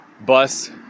bus